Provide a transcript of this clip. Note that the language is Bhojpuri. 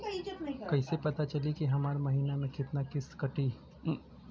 कईसे पता चली की हमार महीना में कितना किस्त कटी?